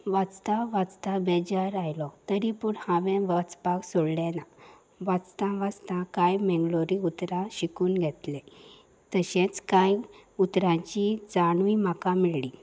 वाचतां वाचता बेजार आयलो तरी पूण हांवें वाचपाक सोडलें ना वाचतां वाचतां कांय मेंगलोरी उतरां शिकून घेतलें तशेंच कांय उतरांची जाणवी म्हाका मेळ्ळी